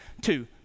Two